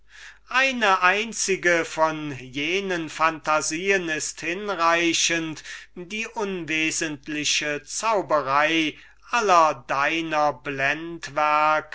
eine einzige von diesen phantasien ist hinreichend die unwesentliche zauberei aller dieser